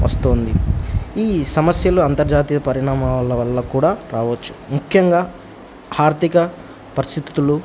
వస్తుంది ఈ సమస్యలు అంతర్జాతీయ పరిణామాల వల్ల కూడా రావచ్చు ముఖ్యంగా ఆర్థిక పరిస్థితులు